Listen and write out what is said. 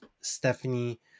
stephanie